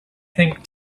think